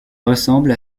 ressemble